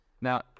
Now